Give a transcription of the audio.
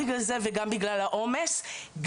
בגלל העומס,